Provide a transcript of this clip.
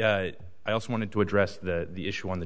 i also wanted to address the issue of the